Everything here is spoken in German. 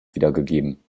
wiedergegeben